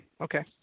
Okay